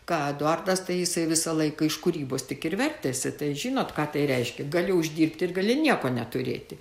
ką eduardas tai jisai visą laiką iš kūrybos tik ir vertėsi tai žinot ką tai reiškia gali uždirbti ir gali nieko neturėti